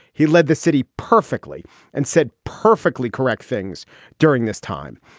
he led the city perfectly and said perfectly correct things during this time.